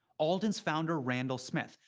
alden's founder, randall smith.